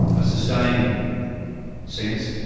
a sustaining sense.